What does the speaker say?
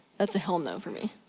that's a hell no for me.